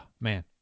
man